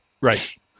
Right